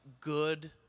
good